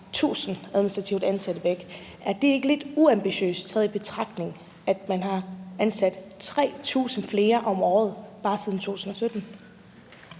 1.000 administrativt ansatte væk. Er det ikke lidt uambitiøst, taget i betragtning at man har ansat 3.000 flere om året bare siden 2017?